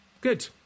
Good